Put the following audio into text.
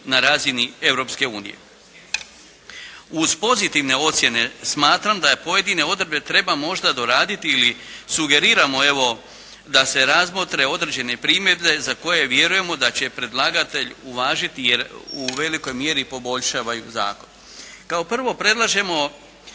unije. Uz pozitivne ocjene smatram da pojedine odredbe treba možda doraditi ili sugeriramo evo, da se razmotre određene primjedbe za koje vjerujemo da će predlagatelj uvažiti, jer u velikoj mjeri poboljšavaju zakon. Kao prvo, predlažemo